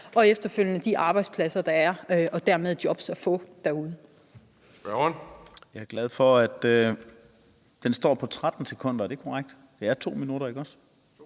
og efterfølgende de arbejdspladser, der er, og dermed de job, der er at få derude.